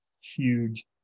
huge